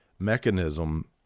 mechanism